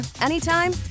anytime